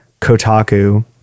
Kotaku